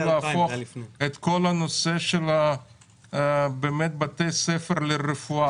להפוך את כל הנושא של בתי הספר לרפואה,